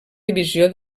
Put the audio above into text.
divisió